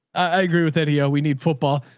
i agree with that. eo, we need football.